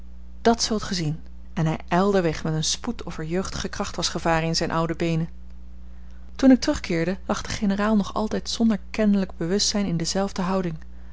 dàt zult gij zien en hij ijlde weg met een spoed of er jeugdige kracht was gevaren in zijn oude beenen toen ik terugkeerde lag de generaal nog altijd zonder kennelijk bewustzijn in dezelfde houding